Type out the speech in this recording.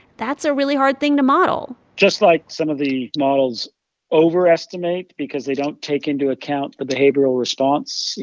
that's a really hard thing to model just like some of the models overestimate because they don't take into account the behavioral response, you